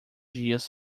dias